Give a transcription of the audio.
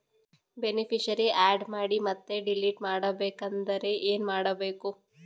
Beneficiary, add ಮಾಡಿ ಮತ್ತೆ delete ಮಾಡಬೇಕೆಂದರೆ ಏನ್ ಮಾಡಬೇಕು?